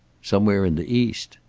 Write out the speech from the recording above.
somewhere in the east.